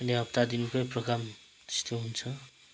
अनि हप्तादिनकै प्रोग्राम त्यस्तो हुन्छ